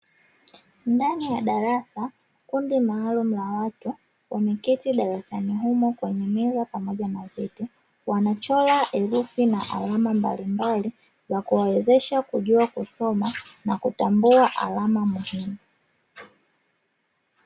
Ndani ya darasa kundi maalumu la watu, wameketi darasani humo kwenye meza pamoja na viti, wanachora herufi na alama mbalimbali za kuwawezesha kujua kusoma na kutambua alama muhimu.